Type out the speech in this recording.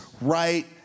right